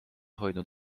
hoidnud